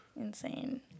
insane